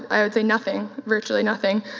i would say nothing, virtually nothing.